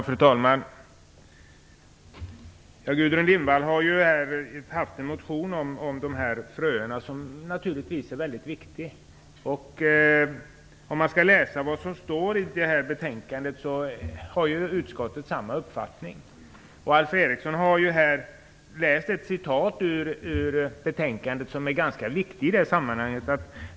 Fru talman! Gudrun Lindvall har skrivit en motion som naturligtvis är väldigt viktig. Enligt betänkandet har utskottet samma uppfattning som hon. Alf Eriksson har läst upp ett citat som är ganska viktigt i sammanhanget.